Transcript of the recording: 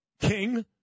King